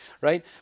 right